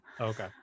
Okay